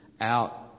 out